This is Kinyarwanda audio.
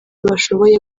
bashoboye